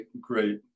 great